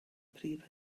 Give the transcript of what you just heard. prif